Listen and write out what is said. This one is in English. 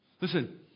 Listen